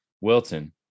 Wilton